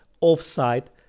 off-site